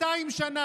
ב-200 שנה,